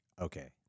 okay